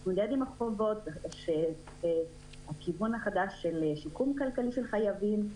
ישנו הכיוון החדש של שיקום כלכלי של חייבים,